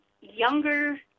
younger